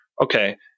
okay